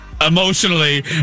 Emotionally